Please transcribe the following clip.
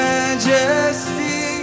Majesty